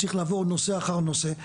צריך לעבור נושא אחר נושא.